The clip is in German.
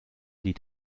die